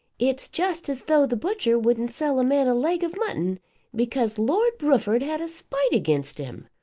it's just as though the butcher wouldn't sell a man a leg of mutton because lord rufford had a spite against him.